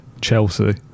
Chelsea